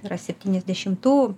yra septyniasdešimtų